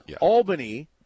Albany